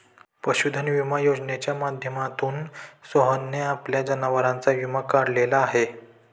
पशुधन विमा योजनेच्या माध्यमातून सोहनने आपल्या जनावरांचा विमा काढलेला आहे